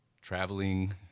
traveling